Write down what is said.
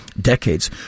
decades